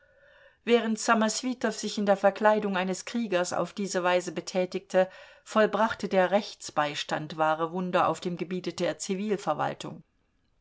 während ssamoswitow sich in der verkleidung eines kriegers auf diese weise betätigte vollbrachte der rechtsbeistand wahre wunder auf dem gebiete der